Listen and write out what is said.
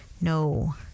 No